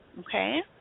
Okay